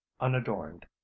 unadorned